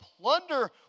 plunder